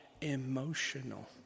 emotional